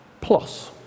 plus